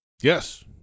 Yes